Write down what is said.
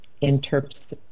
interprets